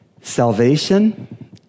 Salvation